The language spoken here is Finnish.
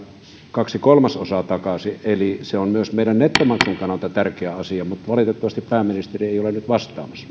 kaksi kolmasosaa takaisin eli se on myös meidän nettomaksumme kannalta tärkeä asia valitettavasti pääministeri ei ole nyt vastaamassa